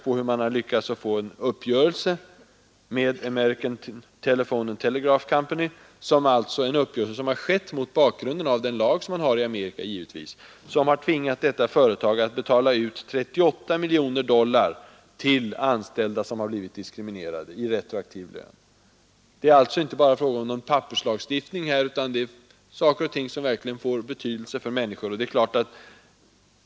Sålunda har man lyckats få en uppgörelse med American Telephone and Telegraph Company, en uppgörelse som givetvis skett mot bakgrunden av den lag som finns i Amerika, och som tvingat detta företag att i retroaktiv lön utbetala 38 miljoner dollar till anställda som blivit diskriminerade. Det är alltså inte bara fråga om någon papperslagstiftning, utan det gäller saker och ting som verkligen får betydelse för människorna.